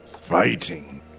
fighting